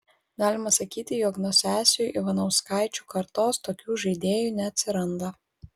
galima sakyti jog nuo sesių ivanauskaičių kartos tokių žaidėjų neatsiranda